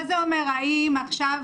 האם עכשיו,